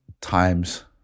times